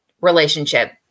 relationship